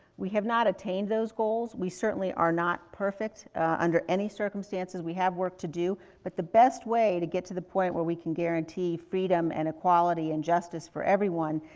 we have not attained those goals. we certainly are not perfect under any circumstances. we have work to do, but the best way to get to the point where we can guarantee freedom and equality and justice for everyone,